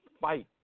fight